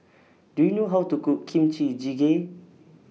Do YOU know How to Cook Kimchi Jjigae